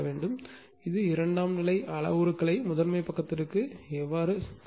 எனவே இரண்டாம் நிலை அளவுருவை முதன்மை பக்கத்திற்கு கொண்டு செல்வது